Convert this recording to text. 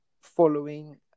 following